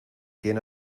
tiene